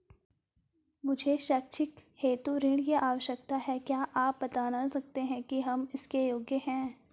मुझे शैक्षिक हेतु ऋण की आवश्यकता है क्या आप बताना सकते हैं कि हम इसके योग्य हैं?